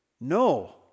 No